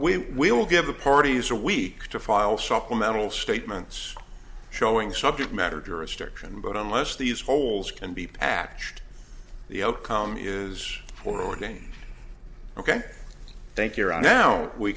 we will give the parties a week to file supplemental statements showing subject matter jurisdiction but unless these holes can be patched the outcome use forwarding ok thank you are on now we